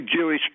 Jewish